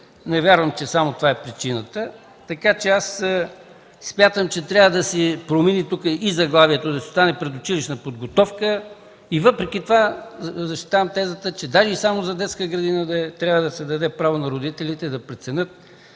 не вярвам, че само това е причината. Аз смятам, че трябва да се промени тук и заглавието, да си остане „Предучилищна подготовка” и въпреки това защитавам тезата, че даже и само за детска градина да е, трябва да се даде право на родителите да преценят